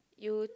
you